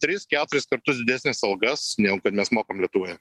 tris keturis kartus didesnes algas negu kad mes mokam lietuvoje